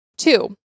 Two